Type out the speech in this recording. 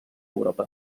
europa